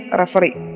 referee